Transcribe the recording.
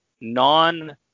non